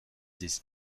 these